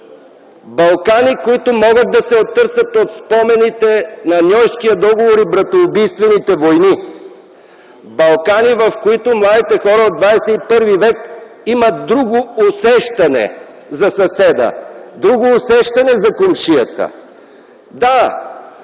Балкани, които могат да се отърсят от спомените на Ньойския договор и братоубийствените войни; Балкани, в които младите хора от ХХІ век имат друго усещане за съседа, друго усещане за комшията. Да,